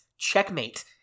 Checkmate